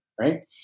Right